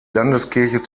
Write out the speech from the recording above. landeskirche